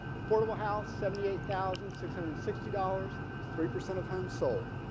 affordable house seventy eight thousand six hundred sixty dollars three percent of homes sold